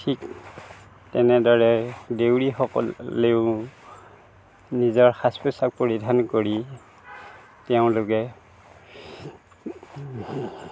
ঠিক তেনেদৰে দেউৰীসকলেও নিজৰ সাজ পোছাক পৰিধান কৰি তেওঁলোকে